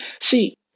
See